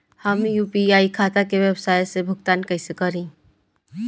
हम यू.पी.आई खाता से व्यावसाय के भुगतान कइसे करि?